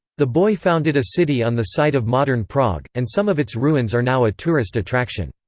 the boii founded a city on the site of modern prague, and some of its ruins are now a tourist attraction.